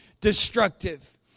destructive